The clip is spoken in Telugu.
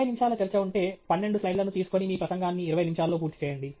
20 నిమిషాల చర్చ ఉంటే 12 స్లైడ్లను తీసుకొని మీ ప్రసంగాన్ని 20 నిమిషాల్లో పూర్తి చేయండి